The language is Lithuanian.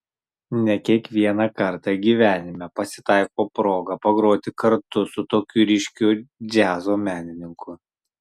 ne kiekvieną kartą gyvenime pasitaiko proga pagroti kartu su tokiu ryškiu džiazo menininku